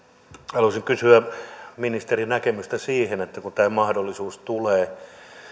haluaisin kysyä ministerin näkemystä siihen että kun tämä mahdollisuus tulee